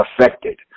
affected